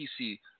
PC